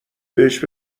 بهش